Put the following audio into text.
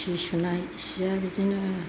सि सुनाय सिया बिदिनो